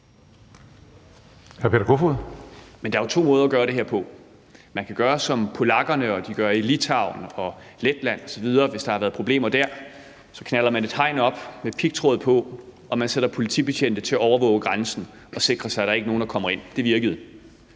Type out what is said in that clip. Peter Kofod (DF): Men der er jo to måder at gøre det her på. Man kan gøre som polakkerne, og som de gør i Litauen, Letland osv. Hvis der har været problemer dér, knalder man et hegn op med pigtråd på, og man sætter politibetjente til at overvåge grænsen og sikre, at der ikke er nogen, der kommer ind. Det virkede.